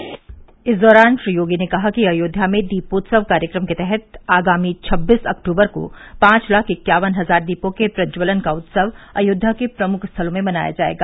इस दौरान श्री योगी ने कहा कि अयोध्या में दीपोत्सव कार्यक्रम के तहत आगामी छब्बीस अक्टूबर को पांच लाख इक्यावन हजार दीपों के प्रज्जवलन का उत्सव अयोध्या के प्रमुख स्थलों में मनाया जायेगा